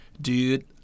dude